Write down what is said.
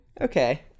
Okay